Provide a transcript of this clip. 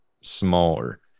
smaller